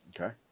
okay